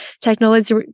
technology